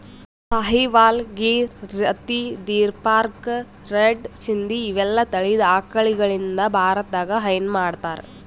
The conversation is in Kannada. ಸಾಹಿವಾಲ್, ಗಿರ್, ರಥಿ, ಥರ್ಪಾರ್ಕರ್, ರೆಡ್ ಸಿಂಧಿ ಇವೆಲ್ಲಾ ತಳಿದ್ ಆಕಳಗಳಿಂದ್ ಭಾರತದಾಗ್ ಹೈನಾ ಮಾಡ್ತಾರ್